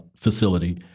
facility